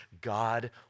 God